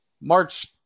March